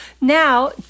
Now